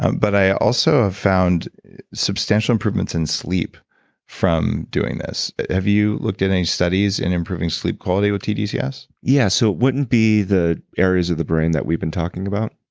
but, i also have found substantial improvements in sleep from doing this. have you looked at any studies in improving sleep quality with tdcs? yeah, so it wouldn't be the areas of the brain that we've been talking about.